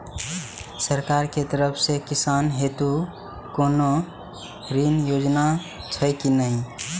सरकार के तरफ से किसान हेतू कोना ऋण योजना छै कि नहिं?